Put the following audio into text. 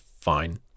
fine